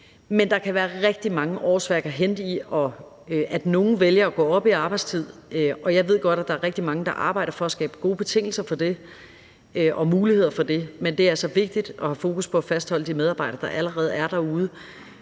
Men der kan være rigtig mange årsværk at hente i, at nogle vælger at gå op i arbejdstid – og jeg ved godt, at der er rigtig mange, der arbejder for at skabe gode betingelser og muligheder for det – men det er altså vigtigt at have fokus på at fastholde de medarbejdere, der allerede er derude.